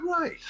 right